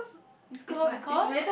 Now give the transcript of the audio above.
because because